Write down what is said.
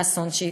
האסון שיקרה.